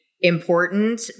important